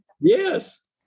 Yes